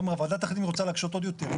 תומר, הוועדה תחליט אם היא רוצה להקשות עוד יותר.